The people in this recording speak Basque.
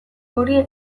hori